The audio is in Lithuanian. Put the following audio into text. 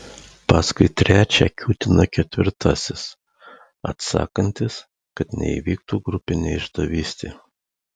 paskui trečią kiūtina ketvirtasis atsakantis kad neįvyktų grupinė išdavystė